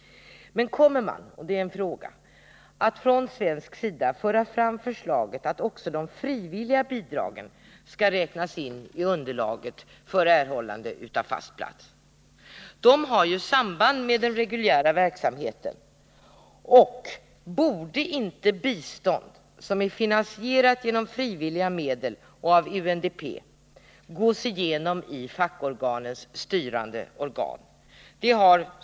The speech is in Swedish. Men kommer man från svensk sida att föra fram förslaget att också de frivilliga bidragen skall räknas in i underlaget för erhållande av fast plats? De har ju samband med den reguljära verksamheten. Och borde inte bistånd som är finansierat genom frivilliga medel och av UNDP gås igenom i fackorganens styrande organ?